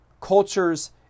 cultures